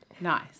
nice